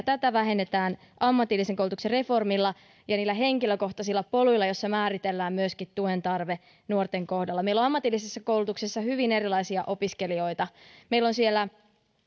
tätä vähennetään ammatillisen koulutuksen reformilla ja niillä henkilökohtaisilla poluilla joissa määritellään tuen tarve nuorten kohdalla meillä on ammatillisessa koulutuksessa hyvin erilaisia opiskelijoita meillä on siellä